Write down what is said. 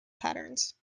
patterns